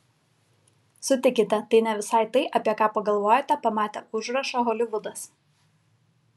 sutikite tai ne visai tai apie ką pagalvojate pamatę užrašą holivudas